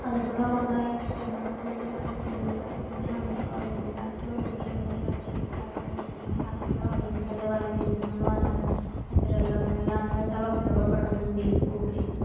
అదుపుగా ఉన్న క్షణంలో దాన్ని మనం మెరుగుపరుస్తు ఉంచుకోవాలి ఎందుకంటే ఊపిరి అనేది అందరికి చాలా ముఖ్యమైన పాత్రగా వహించాలి వాళ్ళ జీవితంలో అనగా ఇతరుల ప్రాణాలకు చాలా ఉపయోగపడుతుంది ఊపిరి